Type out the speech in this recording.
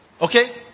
Okay